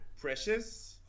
Precious